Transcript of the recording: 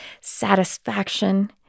satisfaction